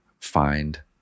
find